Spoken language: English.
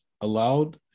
allowed